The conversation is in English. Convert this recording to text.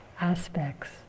aspects